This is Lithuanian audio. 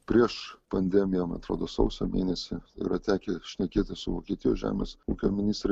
prieš pandemiją man atrodo sausio mėnesį yra tekę šnekėtis su vokietijos žemės ūkio ministre